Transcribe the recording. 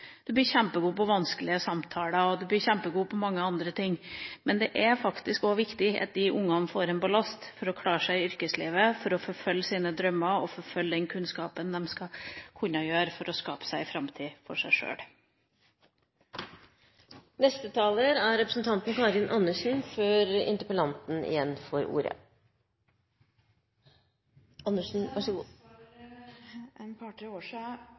du skal forholde deg til et offentlig støtteapparat – du blir kjempegod på det, du blir kjempegod på vanskelige samtaler og kjempegod på mange andre ting. Men det er faktisk også viktig at disse ungene får en ballast, slik at de kan klare seg i yrkeslivet, forfølge sine drømmer og forfølge den kunnskapen de trenger for å kunne skape seg ei framtid. For et par–tre år siden møtte jeg en